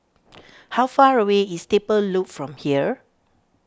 how far away is Stable Loop from here